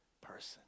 person